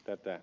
tätä